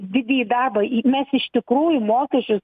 didįjį darbą mes iš tikrųjų mokesčius